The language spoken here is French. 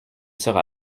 sera